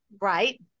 Right